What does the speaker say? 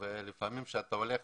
ולפעמים כשאתה הולך,